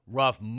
rough